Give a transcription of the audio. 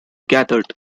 gathered